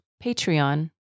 Patreon